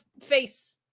face